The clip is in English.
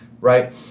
right